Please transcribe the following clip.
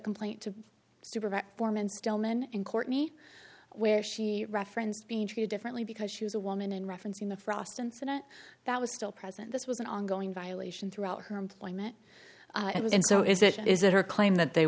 complaint to supervisor form and stillman and courtney where she referenced being treated differently because she was a woman and referencing the frost incident that was still present this was an ongoing violation throughout her employment and it was and so is that is that her claim that they